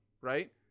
right